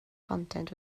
content